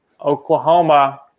Oklahoma